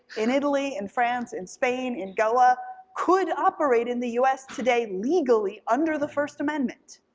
in italy, in france, in spain, in goa, could operate in the u s. today legally under the first amendment.